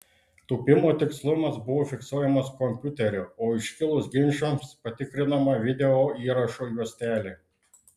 tūpimo tikslumas buvo fiksuojamas kompiuterio o iškilus ginčams patikrinama video įrašo juostelė